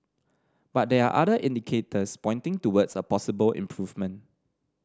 but there are other indicators pointing towards a possible improvement